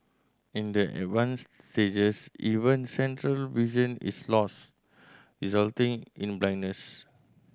in the advanced stages even central vision is lost resulting in blindness